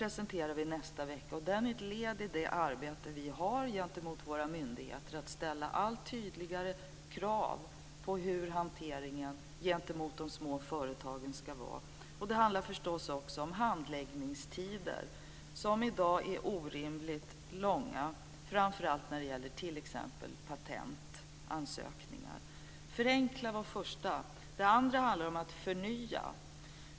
Undersökningen är ett led i det arbete vi har gentemot våra myndigheter med att ställa allt tydligare krav på hur hanteringen av de små företagen ska vara. Det handlar förstås också om handläggningstiderna, som i dag är orimligt långa framför allt när det gäller t.ex. patentansökningar. Förenkla, var alltså det första området. Det andra handlar om att förnya.